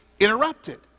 interrupted